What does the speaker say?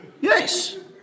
Yes